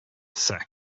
sac